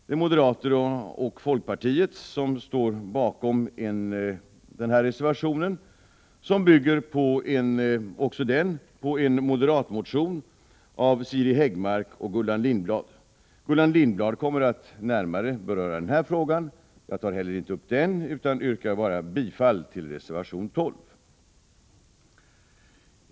Det är moderater och folkpartiet som står bakom denna reservation, som också den bygger på en moderatmotion av Siri Häggmark och Gullan Lindblad. Gullan Lindblad kommer närmare att beröra frågan. Jag tar heller inte upp den utan yrkar bifall till reservation 12.